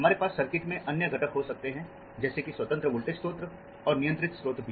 हमारे पास सर्किट में अन्य घटक हो सकते हैं जैसे कि स्वतंत्र वोल्टेज स्रोत और नियंत्रित स्रोत भी